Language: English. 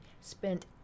spent